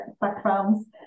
backgrounds